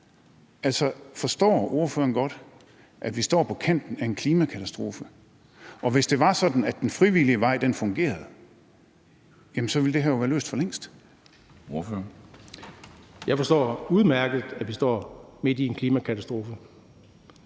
Forstår ordføreren godt, at vi står på kanten af en klimakatastrofe, og hvis det var sådan, at den frivillige vej fungerede, ville det her jo have været løst for længst? Kl. 17:18 Formanden (Henrik Dam